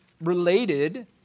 related